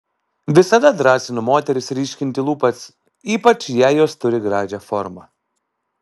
visada drąsinu moteris ryškinti lūpas ypač jei jos turi gražią formą